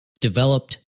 developed